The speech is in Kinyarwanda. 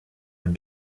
are